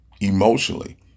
emotionally